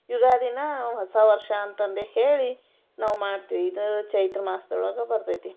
ಯುಗಾದಿನ ಹೊಸ ವರ್ಷ ಅಂತಂದು ಹೇಳಿ ನಾವು ಮಾಡ್ತೀವಿ ಇದು ಚೈತ್ರಮಾಸ್ದ ಒಳಗೆ ಬರ್ತೈತೆ